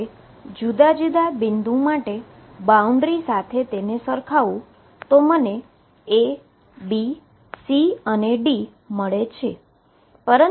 હવે જુદા જુદા બિંદુ ને બાઉન્ડ્રી સાથે સરખાવુ તો મને A B C અને D મળે છે